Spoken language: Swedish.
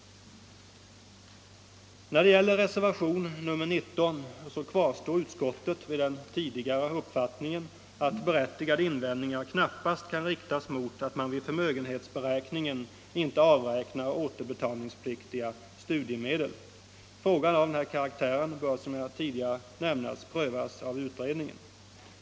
När det gäller reservationen 19 kvarstår utskottet vid den tidigare uppfattningen att berättigade invändningar knappast kan riktas mot att man vid förmögenhetsberäkningen inte avräknar återbetalningspliktiga studiemedel. Frågor av den här karaktären bör som jag tidigare nämnde prövas av utredningen.